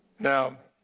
now,